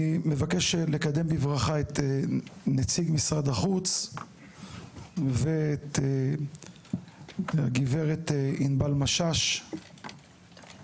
אני מבקש לקדם בברכה את נציג משרד החוץ ואת הגברת ענבל משש וצוותה.